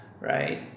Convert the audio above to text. right